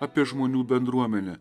apie žmonių bendruomenę